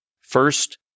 First